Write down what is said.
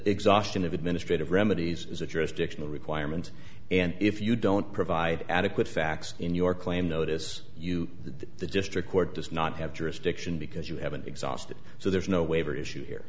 exhaustion of administrative remedies is a jurisdictional requirement and if you don't provide adequate facts in your claim notice you the district court does not have jurisdiction because you haven't exhausted so there's no waiver issue here